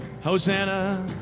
Hosanna